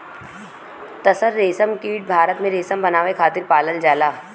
तसर रेशमकीट भारत में रेशम बनावे खातिर पालल जाला